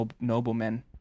noblemen